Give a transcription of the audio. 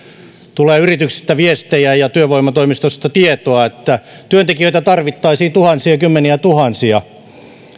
tulee yrityksistä viestejä ja työvoimatoimistoista tietoa että työntekijöitä tarvittaisiin tuhansia kymmeniä tuhansia